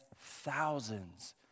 thousands